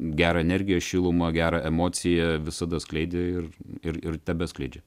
gerą energiją šilumą gerą emociją visada skleidė ir ir ir tebeskleidžia